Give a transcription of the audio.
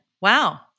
Wow